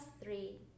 three